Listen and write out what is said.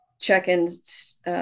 check-ins